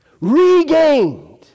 regained